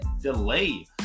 delay